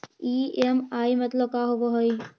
EMI मतलब का होब हइ?